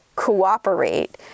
cooperate